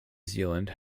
zealand